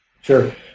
Sure